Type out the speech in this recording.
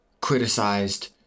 Criticized